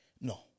No